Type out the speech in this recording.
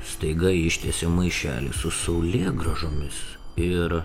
staiga ištiesė maišelį su saulėgrąžomis ir